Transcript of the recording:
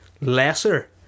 lesser